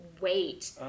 wait